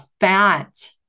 fat